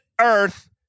Earth